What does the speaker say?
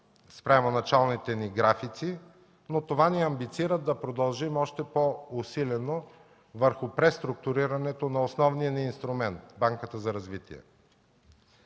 спрямо началните ни графици, но това ни амбицира да продължим още по-усилено върху преструктурирането на основния ни инструмент – Банката за развитие.